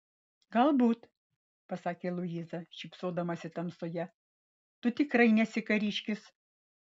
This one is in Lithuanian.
galbūt pasakė luiza šypsodamasi tamsoje tu tikrai nesi kariškis